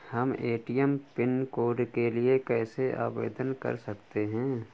हम ATM pin code के लिए कैसे आवेदन कर सकते हैं?